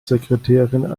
sekretärin